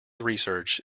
research